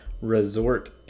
Resort &